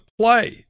play